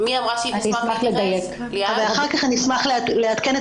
אני אשמח לדייק ואחר כך אני אשמח לעדכן את